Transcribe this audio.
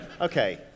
Okay